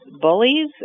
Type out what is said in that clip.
bullies